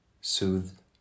soothed